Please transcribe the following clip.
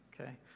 okay